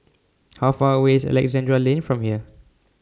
How Far away IS Alexandra Lane from here